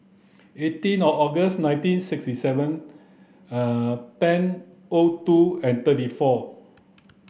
eighteen August nineteen sixty seven ten O two and thirty four